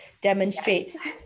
demonstrates